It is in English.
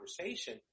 conversation